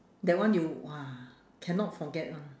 that one you !wah! cannot forget [one]